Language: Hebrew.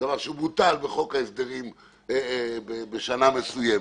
דבר שבוטל בחוק ההסדרים בשנה מסוימת.